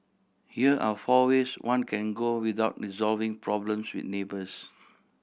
here are four ways one can go without resolving problems with neighbours